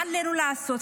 מה עלינו לעשות?